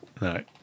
No